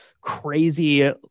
crazy